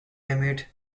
emit